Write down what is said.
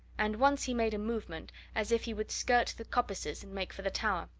and once he made a movement as if he would skirt the coppices and make for the tower,